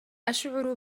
أشعر